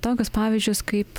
tokius pavyzdžius kaip